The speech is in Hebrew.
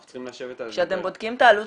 אנחנו צריכים לשבת -- כשאתם בודקים את העלות